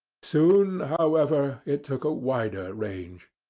soon, however, it took a wider range.